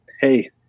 hey